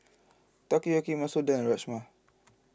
Takoyaki Masoor Dal and Rajma